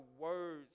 words